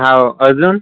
हो अजून